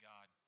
God